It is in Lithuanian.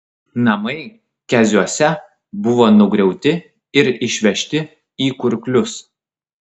namai keziuose buvo nugriauti ir išvežti į kurklius